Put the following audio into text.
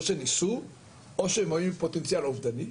שהם ניסו או שהם היו עם פוטנציאל אובדני.